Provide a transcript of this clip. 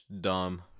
dumb